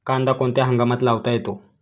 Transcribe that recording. कांदा कोणत्या हंगामात लावता येतो?